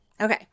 Okay